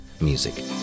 music